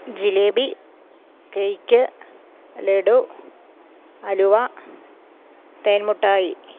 jalebi cake laddu അലുവ തേൻ മിഠായി